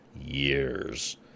years